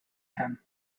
him